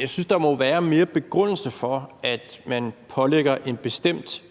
jeg synes, at begrundelsen for, at man pålægger en bestemt